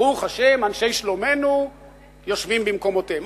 ברוך השם, אנשי שלומנו יושבים במקומותיהם.